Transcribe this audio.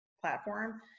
platform